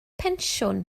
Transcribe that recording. pensiwn